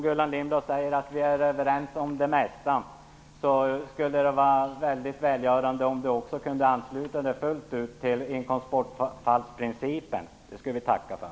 Gullan Lindblad sade att vi är överens om det mesta. Då vore det välgörande om hon kunde ansluta sig fullt ut till inkomstbortfallsprincipen. Det skulle vi tacka för.